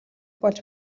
болж